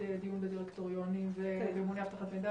דיון בדירקטוריונים וממונה אבטחת מידע,